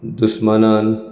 दुस्मानान